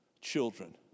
children